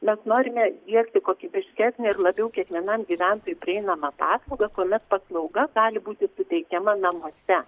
mes norime diegti kokybiškesnę ir labiau kiekvienam gyventojui prieinamą paslaugą kuomet paslauga gali būti suteikiama namuose